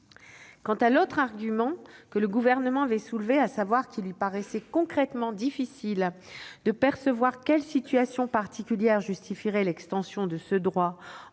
Quant à l'autre argument que le Gouvernement avait soulevé, selon lequel il lui paraissait « concrètement difficile de percevoir quelles situations particulières justifieraient l'extension de ce droit